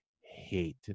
hate